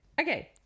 Okay